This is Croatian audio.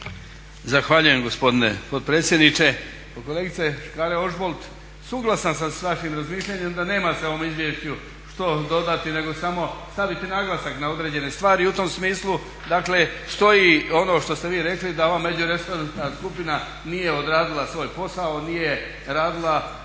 Zahvaljujem gospodine potpredsjedniče. Pa kolegice Škare-Ožbolt suglasan sam sa vašim razmišljanjem da nema se ovom izvješću što dodati, nego samo staviti naglasak na određene stvari i u tom smislu, dakle stoji ono što ste vi rekli da ova međuresorna skupina nije odradila svoj posao, nije radila